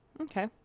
okay